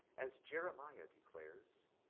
as jeremiah declares,